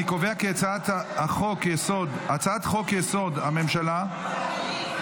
אני קובע כי הצעת חוק-יסוד: הממשלה (תיקון,